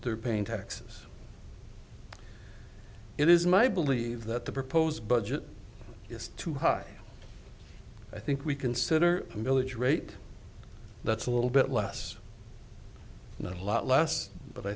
they're paying taxes it is my believe that the proposed budget is too high i think we consider a milage rate that's a little bit less not a lot less but i